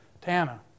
Tana